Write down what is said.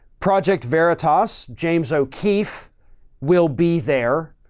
project veritas, james o'keefe will be there